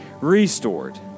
Restored